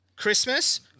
Christmas